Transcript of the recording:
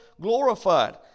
glorified